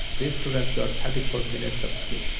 these students got thirty four minutes of sleep.